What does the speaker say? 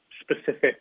specific